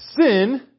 sin